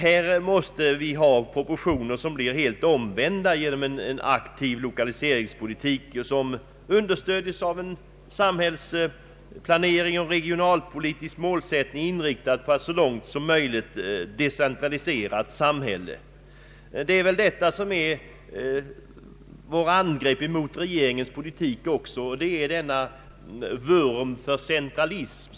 Här måste vi få helt omvända proportioner genom en aktiv lokaliseringspolitik som understöds av en samhällsplanering och en regionalpolitisk målsättning, inriktad på ett så långt som möjligt decentraliserat samhälle. Det är också här vi angriper regeringens politik och dess vurm för centralism.